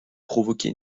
provoqué